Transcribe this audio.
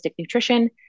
nutrition